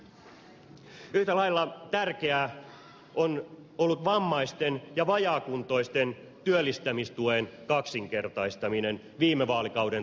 yhtä lailla tärkeää on ollut vammaisten ja vajaakuntoisten työllistämistuen kaksinkertaistaminen viime vaalikauden tasosta